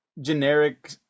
generic